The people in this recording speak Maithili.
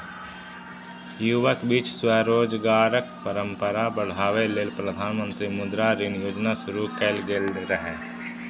युवाक बीच स्वरोजगारक परंपरा बढ़ाबै लेल प्रधानमंत्री मुद्रा ऋण योजना शुरू कैल गेल रहै